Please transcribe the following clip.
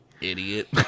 Idiot